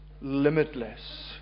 limitless